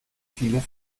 viele